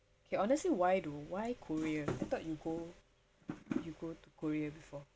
okay honestly why do why korea I thought you go you go to korea before